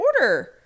order